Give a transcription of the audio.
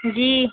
جی